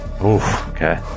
Okay